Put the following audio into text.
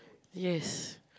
yes